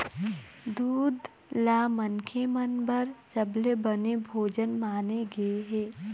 दूद ल मनखे मन बर सबले बने भोजन माने गे हे